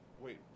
Wait